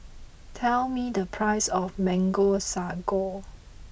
tell me the price of Mango Sago